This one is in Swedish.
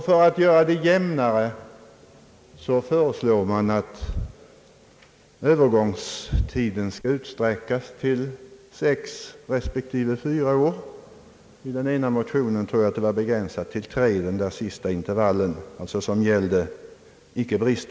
För att göra övergången jämnare föreslår mittenpartierna att övergångstiden skall utsträckas till sex år på bristorterna respektive fyra år i icke bristområden — i den ena motionen var visst tiden i det senare fallet begränsad till tre år.